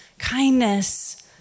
Kindness